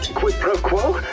quid pro quo?